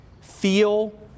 feel